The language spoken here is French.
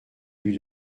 lui